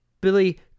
Billy